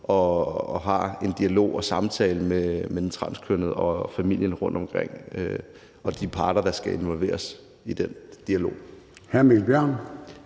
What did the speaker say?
og har en dialog og samtale med den transkønnede, familien og de parter, der skal involveres i den dialog.